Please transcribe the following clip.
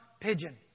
pigeon